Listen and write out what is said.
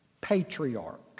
patriarch